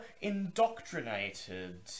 indoctrinated